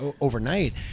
overnight